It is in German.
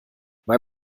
weil